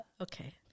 Okay